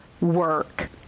work